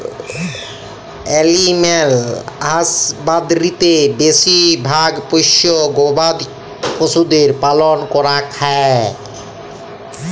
animal হাসবাদরীতে বেশি ভাগ পষ্য গবাদি পশুদের পালল ক্যরাক হ্যয়